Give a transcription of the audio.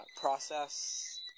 process